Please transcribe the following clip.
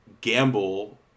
gamble